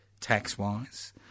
tax-wise